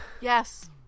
Yes